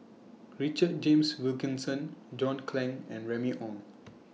Richard James Wilkinson John Clang and Remy Ong